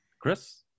Chris